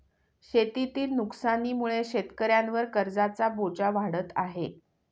शेतीतील नुकसानीमुळे शेतकऱ्यांवर कर्जाचा बोजा वाढत आहे